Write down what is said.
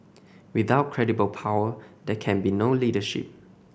without credible power there can be no leadership